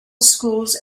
schools